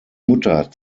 mutter